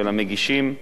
של המגישים,